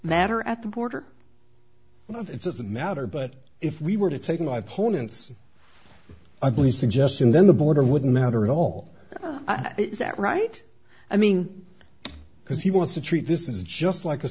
matter at the border of it doesn't matter but if we were to take my opponent's ugly suggestion then the border wouldn't matter at all is that right i mean because he wants to treat this is just like a